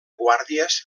guàrdies